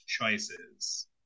choices